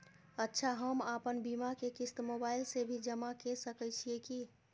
अच्छा हम आपन बीमा के क़िस्त मोबाइल से भी जमा के सकै छीयै की?